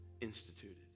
instituted